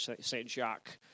Saint-Jacques